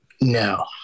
No